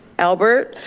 albert